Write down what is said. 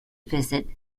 visit